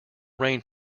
rain